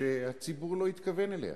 שהציבור לא התכוון אליה